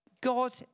God